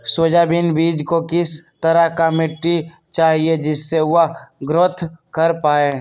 Soybean बीज को किस तरह का मिट्टी चाहिए जिससे वह ग्रोथ कर पाए?